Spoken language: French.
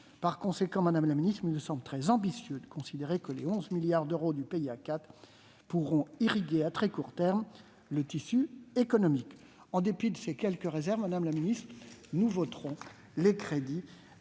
Par conséquent, madame la ministre, il me semble très ambitieux de considérer que les 11 milliards d'euros du PIA 4 pourront irriguer à très court terme le tissu économique français. En dépit de ces quelques réserves, je vous propose d'adopter